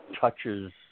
touches